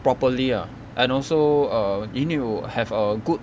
properly ah and also err you need to have a good